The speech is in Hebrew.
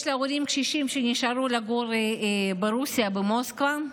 יש לה הורים קשישים שנשארו לגור ברוסיה, במוסקבה,